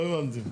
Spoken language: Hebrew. לא הבנתי.